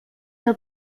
que